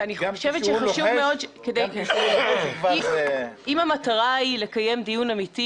ואני חושבת שחשוב מאוד אם המטרה היא לקיים דיון אמיתי